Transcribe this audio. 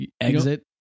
exit